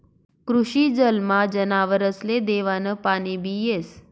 कृषी जलमा जनावरसले देवानं पाणीबी येस